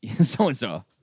So-and-so